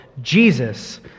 Jesus